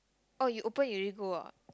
oh you open you already go ah